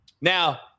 Now –